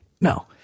no